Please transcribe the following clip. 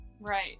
Right